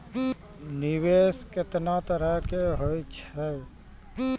निवेश केतना तरह के होय छै?